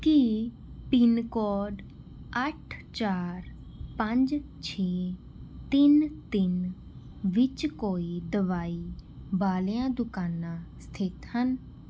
ਕੀ pin code ਅੱਠ ਚਾਰ ਪੰਜ ਛੇ ਤਿੰਨ ਤਿੰਨ ਵਿੱਚ ਕੋਈ ਦਵਾਈ ਵਾਲੀਆਂ ਦੁਕਾਨਾਂ ਸਥਿਤ ਹਨ